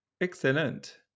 Excellent